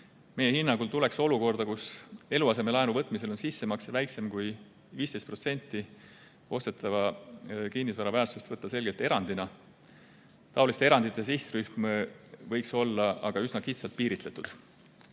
Meie hinnangul tuleks olukorda, kus eluasemelaenu võtmisel on sissemakse väiksem kui 15% ostetava kinnisvara väärtusest, võtta selgelt erandina. Taoliste erandite sihtrühm võiks olla aga üsna kitsalt piiritletud.